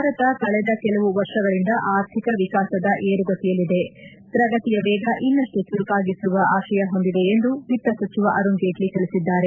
ಭಾರತ ಕಳೆದ ಕೆಲವು ವರ್ಷಗಳಿಂದ ಆರ್ಥಿಕ ವಿಕಾಸದ ಏರುಗತಿಯಲ್ಲಿದೆ ಪ್ರಗತಿಯವೇಗ ಇನ್ನಷ್ಟು ಚರುಕಾಗಿಸುವ ಆಶಯ ಹೊಂದಿದೆ ಎಂದು ವಿತ್ತ ಸಚಿವ ಅರುಣ್ ಜೇಟ್ತಿ ತಿಳಿಸಿದ್ದಾರೆ